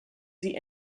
sie